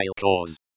cause